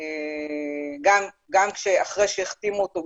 גם אחרי שהחתימו אותו,